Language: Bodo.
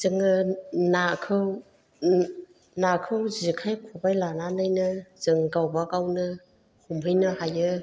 जोङो नाखौ नाखौ जेखाइ खबाइ लानानैनो जों गावबागावनो हमफैनो हायो